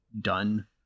done